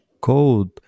code